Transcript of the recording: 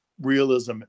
realism